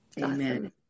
Amen